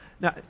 Now